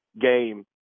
game